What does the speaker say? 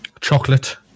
Chocolate